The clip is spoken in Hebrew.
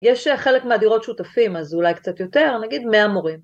יש אה.. חלק מהדירות שותפים, אז אולי קצת יותר, נגיד מאה מורים.